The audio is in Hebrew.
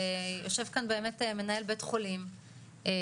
ויושב כאן באמת מנהל בית חולים בפריפריה,